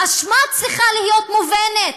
האשמה צריכה להיות מובנת.